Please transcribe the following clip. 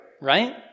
right